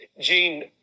Gene